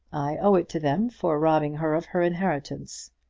i owe it to them for robbing her of her inheritance.